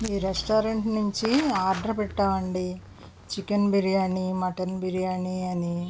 ఈ రెస్టారెంట్ నుంచి ఆర్డర్ పెట్టామండి చికెన్ బిర్యానీ మటన్ బిర్యానీ అని